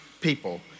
people